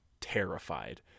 terrified